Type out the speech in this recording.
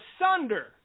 asunder